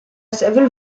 several